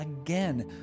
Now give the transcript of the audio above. again